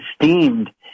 esteemed